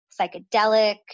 psychedelic